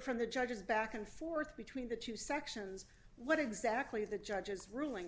from the judges back and forth between the two sections what exactly the judge's ruling